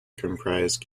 comprise